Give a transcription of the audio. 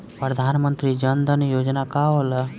प्रधानमंत्री जन धन योजना का होला?